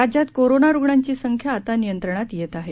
राज्यात कोरोना रुग्णांची संख्या आता नियंत्रणात येत आहे